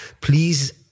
please